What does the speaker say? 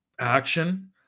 action